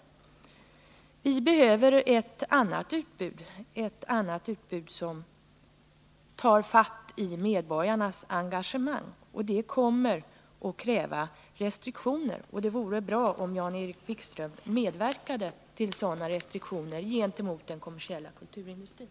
Vi behöver ett annat utbud, ett utbud som tar fatt i medborgarnas engagemang, och det kommer att kräva restriktioner. Det vore bra om Jan-Erik Wikström medverkade till sådana restriktioner gentemot den kommersiella kulturindustrin.